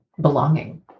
belonging